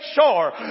sure